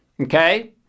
okay